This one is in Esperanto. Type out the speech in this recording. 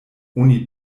oni